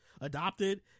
adopted